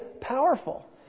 powerful